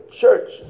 church